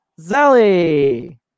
zelly